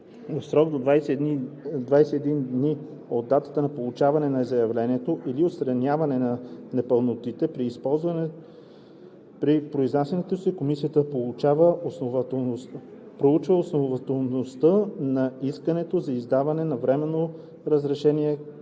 срок до 21 дни от датата на получаване на заявлението или отстраняване на непълнотите. При произнасянето си комисията проучва основателността на искането за издаване на временно разрешение,